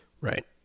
Right